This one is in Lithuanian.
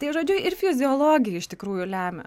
tai žodžiu ir fiziologija iš tikrųjų lemia